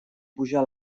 pujar